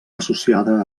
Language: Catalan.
associada